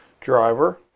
driver